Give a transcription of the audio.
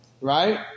right